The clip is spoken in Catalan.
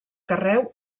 carreu